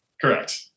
Correct